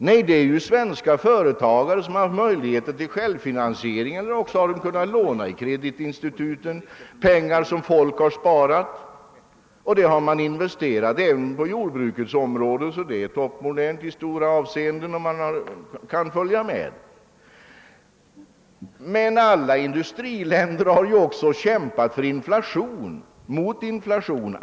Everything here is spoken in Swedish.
Nej, det har svenska företag gjort som haft möjlighet till självfinansiering eller kunnat låna pengar som folk har sparat. Även jordbruket är modernt i många avseenden och följer med i utvecklingen.